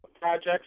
projects